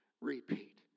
repeat